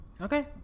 Okay